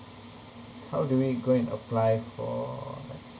how do we go and apply for like